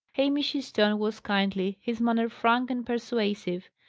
hamish's tone was kindly, his manner frank and persuasive,